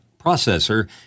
processor